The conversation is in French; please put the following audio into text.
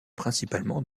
principalement